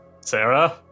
Sarah